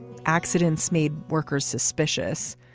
accidents made workers suspicious.